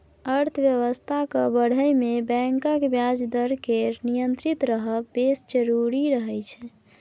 अर्थबेबस्था केँ बढ़य मे बैंकक ब्याज दर केर नियंत्रित रहब बेस जरुरी रहय छै